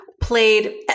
played